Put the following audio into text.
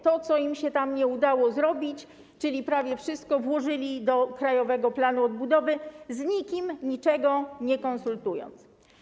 To, czego im się tam nie udało zrobić, czyli prawie wszystko, włożyli do krajowego planu odbudowy, z nikim niczego nie konsultując.